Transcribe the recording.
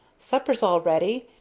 supper's all ready,